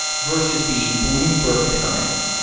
versus the bloomberg terminal.